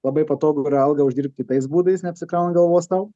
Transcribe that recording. labai patogu yra algą uždirbt kitais būdais neapsikraunant galvos tau